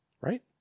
Right